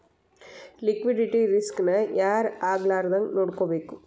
Liquidity risk ನ ಯಾರ್ ಆಗ್ಲಾರ್ದಂಗ್ ನೊಡ್ಕೊಬೇಕು?